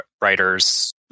writers